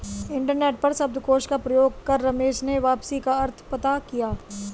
internet पर शब्दकोश का प्रयोग कर रमेश ने वापसी का अर्थ पता किया